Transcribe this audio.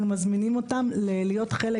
אנחנו מזמינים אותם להיות חלק